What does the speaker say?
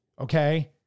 okay